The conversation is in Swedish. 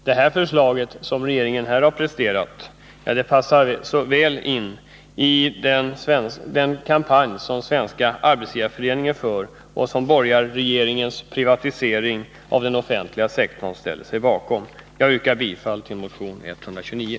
Det förslag som regeringen här har presterat passar väl in i den kampanj som Svenska arbetsgivareföreningen för och som borgarregeringen med sin privatisering av den offentliga sektorn ställer sig bakom. Jag yrkar bifall till motion 129.